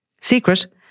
secret